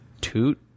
toot